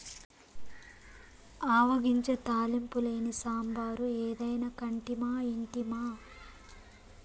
ఆవ గింజ తాలింపు లేని సాంబారు ఏదైనా కంటిమా ఇంటిమా